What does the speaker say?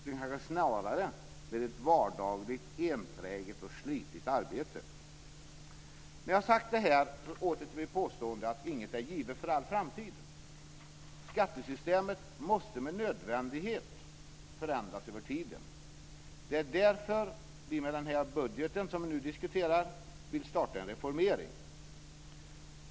Vi ska snarare göra det med ett vardagligt, enträget, slitsamt arbete. När detta är sagt vill jag återgå till mitt påstående att inget är givet för all framtid. Skattesystemet måste med nödvändighet förändras över tiden. Det är därför vi med den budget som vi nu diskuterar vill starta en reformering.